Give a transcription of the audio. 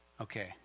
Okay